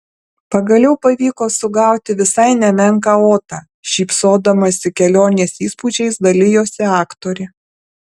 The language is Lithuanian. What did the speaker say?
pagaliau pavyko sugauti visai nemenką otą šypsodamasi kelionės įspūdžiais dalijosi aktorė